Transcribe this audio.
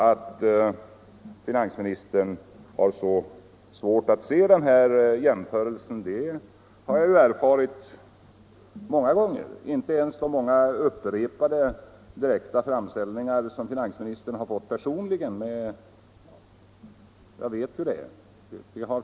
Att finansministern har så svårt att se det riktiga i den här jämförelsen har jag erfarit många gånger. Inte ens de många upprepade direkta framställningar som finansministern har fått personligen har övertygat honom.